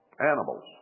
Animals